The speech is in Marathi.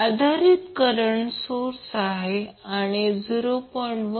आधारित करंट सोर्स आहे आणि 0